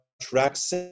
tracks